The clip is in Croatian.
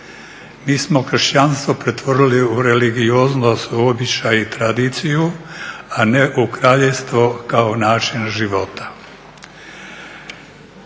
Mi smo Kršćanstvo pretvorili u religioznost, u običaj i tradiciju, a ne u Kraljevstvo kao način života.